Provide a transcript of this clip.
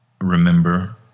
remember